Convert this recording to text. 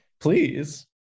Please